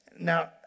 Now